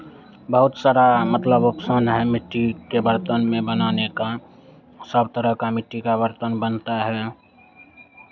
बहुत सारा मतलब ऑप्शन है मिट्टी के बर्तन में बनाने का सब तरह का मिट्टी का बर्तन बनता है